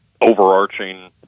overarching